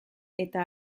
eta